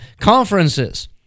conferences